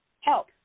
help